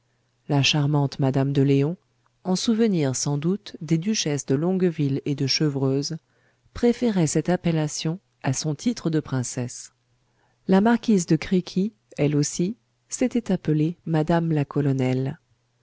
la charmante madame de léon en souvenir sans doute des duchesses de longueville et de chevreuse préférait cette appellation à son titre de princesse la marquise de créquy elle aussi s'était appelée madame la colonelle